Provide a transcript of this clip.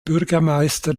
bürgermeister